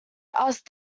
asked